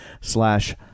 slash